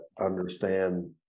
understand